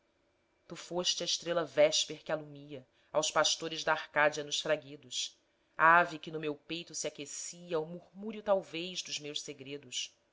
tu foste a estrela vésper que alumia aos pastores d'arcádia nos fraguedos ave que no meu peito se aquecia ao murmúrio talvez dos meus segredos